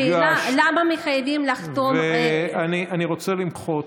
השאלה היא למה מחייבים לחתום, אני רוצה למחות,